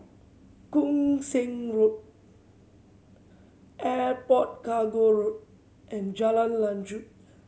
Koon Seng Road Airport Cargo Road and Jalan Lanjut